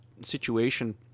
situation